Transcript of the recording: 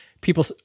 people